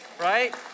Right